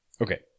Okay